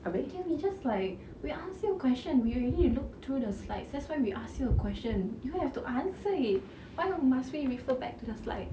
it can be just like we ask you a question we already look through the slides that's why we ask you a question you have to answer it why must we refer back to the slide